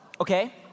Okay